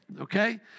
Okay